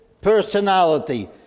personality